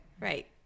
right